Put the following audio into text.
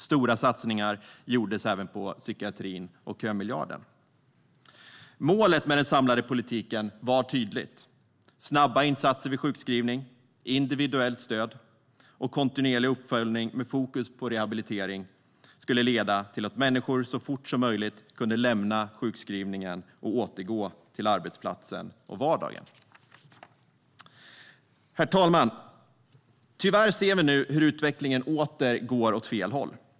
Stora satsningar gjordes även på psykiatrin och kömiljarden. Målet med den samlade politiken var tydligt. Snabba insatser vid sjukskrivning, individuellt stöd och kontinuerlig uppföljning med fokus på rehabilitering skulle leda till att människor så fort som möjligt kunde lämna sjukskrivningen och återgå till arbetsplatsen och vardagen. Herr talman! Tyvärr ser vi nu hur utvecklingen åter går åt fel håll.